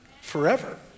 forever